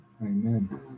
Amen